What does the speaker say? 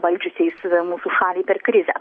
valdžiusiais mūsų šalį per krizę